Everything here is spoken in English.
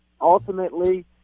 ultimately